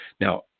Now